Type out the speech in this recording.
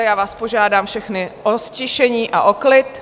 Já vás požádám všechny o ztišení a o klid.